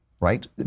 right